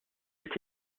est